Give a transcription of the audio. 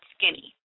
skinny